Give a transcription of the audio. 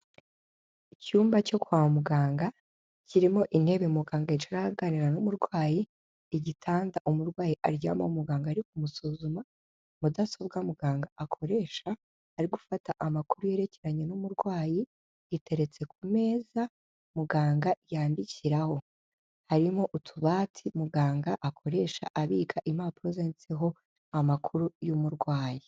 Icyumba cyo kwa muganga kirimo intebe muganga yicaraho aganira n'umurwayi, igitanda umurwayi aryama muganga ari kumusuzuma, mudasobwa muganga akoresha ari gufata amakuru yerekeranye n'umurwayi iteretse ku meza muganga yandikiraho, harimo utubati muganga akoresha abika impapuro zanditseho amakuru y'umurwayi.